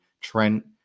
Trent